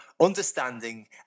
understanding